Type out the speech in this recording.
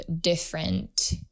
different